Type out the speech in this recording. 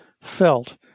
felt